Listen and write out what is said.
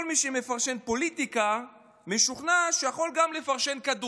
כל מי שמפרשן פוליטיקה משוכנע שהוא יכול לפרשן גם כדורגל.